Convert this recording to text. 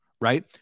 right